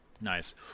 Nice